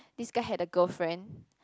this guy had a girlfriend